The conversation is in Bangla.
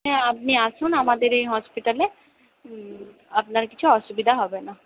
হ্যাঁ আপনি আসুন আমাদের এই হসপিটালে আপনার কিছু অসুবিধা হবে না